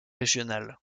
régionale